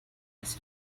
his